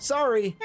Sorry